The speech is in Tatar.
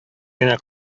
генә